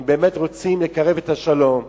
אם באמת רוצים לקרב את השלום,